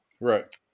Right